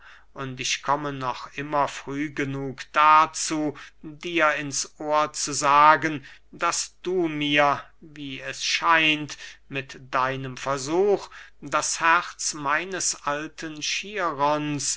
und ich komme noch immer früh genug dazu dir ins ohr zu sagen daß du mir wie es scheint mit deinem versuch das herz meines alten chirons